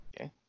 Okay